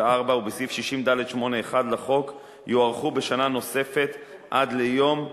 ו-(4) ובסעיף 60(ד8)(1) לחוק יוארכו בשנה נוספת עד ליום,